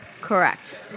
Correct